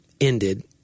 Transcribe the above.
ended